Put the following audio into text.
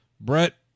Brett